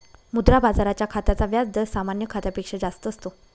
मुद्रा बाजाराच्या खात्याचा व्याज दर सामान्य खात्यापेक्षा जास्त असतो